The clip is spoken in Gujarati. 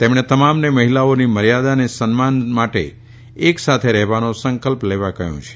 તેમણે તમામને મહિલાઓની મર્યાદા અને સન્માન માટે એકસાથે રહેવાનો સંકલ્પ લેવા કહયું છે